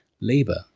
labor